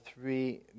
three